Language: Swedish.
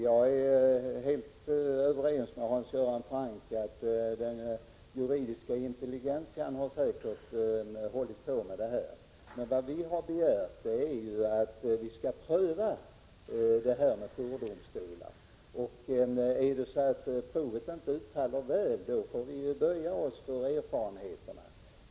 Jag är helt överens med Hans Göran Franck att den juridiska intelligentian hållit på med detta, men vad vi har begärt är att man skall pröva jourdomstolar. Om provet inte faller väl ut får vi böja oss för erfarenheterna.